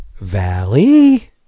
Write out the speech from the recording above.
Valley